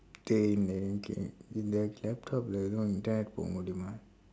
dey இந்த:indtha laptoplae ஏதும்:eethum internet போக முடியுமா:pooka mudiyumaa